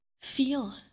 feel